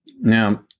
Now